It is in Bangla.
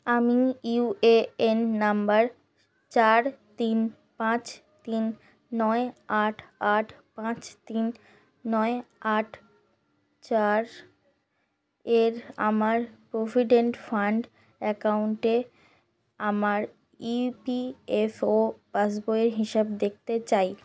আমি ইউ এ এন নম্বর চার তিন পাঁচ তিন নয় আট আট পাঁচ তিন নয় আট চার এর আমার প্রভিডেন্ট ফান্ড অ্যাকাউন্টে আমার E P F O pass বইয়ের হিসাব দেখতে চাই